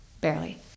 barely